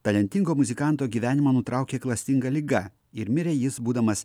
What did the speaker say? talentingo muzikanto gyvenimą nutraukė klastinga liga ir mirė jis būdamas